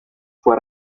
fue